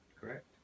Correct